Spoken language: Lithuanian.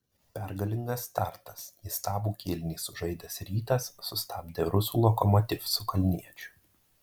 pergalingas startas įstabų kėlinį sužaidęs rytas sustabdė rusų lokomotiv su kalniečiu